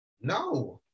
No